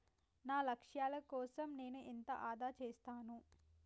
నా లక్ష్యాల కోసం నేను ఎంత ఆదా చేస్తాను?